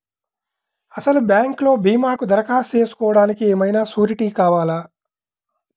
అసలు బ్యాంక్లో భీమాకు దరఖాస్తు చేసుకోవడానికి ఏమయినా సూరీటీ కావాలా?